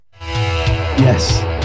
yes